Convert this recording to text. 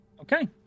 Okay